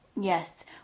Yes